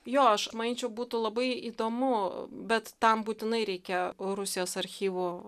jo aš manyčiau būtų labai įdomu bet tam būtinai reikia rusijos archyvų